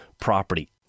property